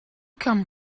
come